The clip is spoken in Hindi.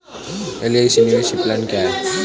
एल.आई.सी निवेश प्लान क्या है?